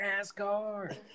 NASCAR